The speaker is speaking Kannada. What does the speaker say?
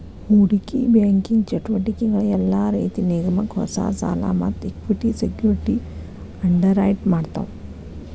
ಹೂಡಿಕಿ ಬ್ಯಾಂಕಿಂಗ್ ಚಟುವಟಿಕಿಗಳ ಯೆಲ್ಲಾ ರೇತಿ ನಿಗಮಕ್ಕ ಹೊಸಾ ಸಾಲಾ ಮತ್ತ ಇಕ್ವಿಟಿ ಸೆಕ್ಯುರಿಟಿ ಅಂಡರ್ರೈಟ್ ಮಾಡ್ತಾವ